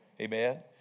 Amen